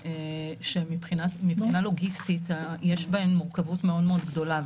שמבחינה לוגיסטית יש בהן מורכבות מאוד מאוד גדולה,